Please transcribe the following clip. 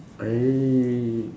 I